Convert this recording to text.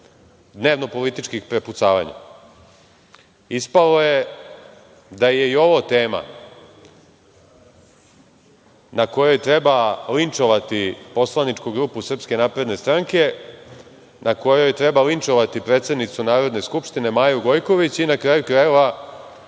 dnevno političkih prepucavanja. Ispalo je da je i ovo tema na kojoj treba linčovati poslaničku grupu SNS, na kojoj treba linčovati predsednicu Narodne skupštine, Maju Gojković, i na kraju krajeva,